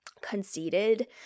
Conceited